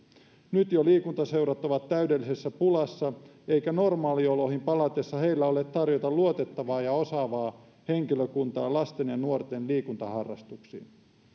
nyt jo liikuntaseurat ovat täydellisessä pulassa eikä normaalioloihin palatessa heillä ole tarjota luotettavaa ja osaavaa henkilökuntaa lasten ja nuorten liikuntaharrastuksiin